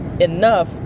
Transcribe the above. enough